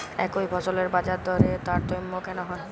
একই ফসলের বাজারদরে তারতম্য কেন হয়?